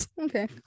Okay